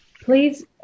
please